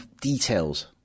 details